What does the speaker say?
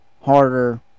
harder